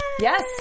yes